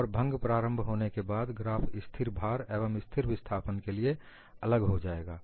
और भंग प्रारंभ होने के बाद ग्राफ स्थिर भार एवं स्थिर विस्थापन के लिए अलग हो जाएगा